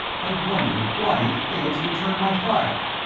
i wondered why it failed to return my fire.